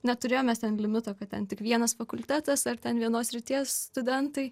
neturėjom mes ten limito kad ten tik vienas fakultetas ar ten vienos srities studentai